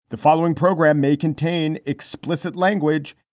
the following program may contain explicit language.